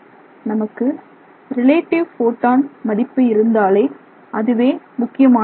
நமக்கு relative photon மதிப்பு இருந்தாலே அதுவே முக்கியமானதாகும்